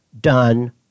done